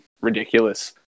ridiculous